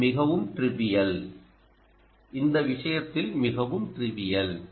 இது மிகவும் ட்ரிவியல் இந்த விஷயத்தில் மிக ட்ரிவியல்